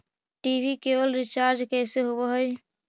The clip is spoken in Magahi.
टी.वी केवल रिचार्ज कैसे होब हइ?